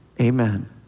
amen